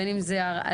בין אם זה הרעלה,